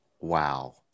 Wow